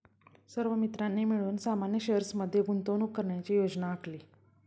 सर्व मित्रांनी मिळून सामान्य शेअर्स मध्ये गुंतवणूक करण्याची योजना आखली